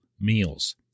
meals